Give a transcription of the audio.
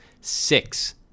six